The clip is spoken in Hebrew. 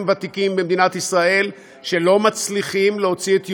ותיקים במדינת ישראל שלא מצליחים להוציא את יומם.